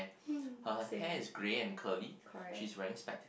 mm same correct